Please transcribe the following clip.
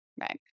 Right